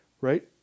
right